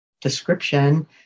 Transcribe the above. description